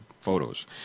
photos